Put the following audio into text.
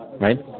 right